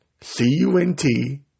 c-u-n-t